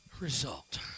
result